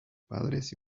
padres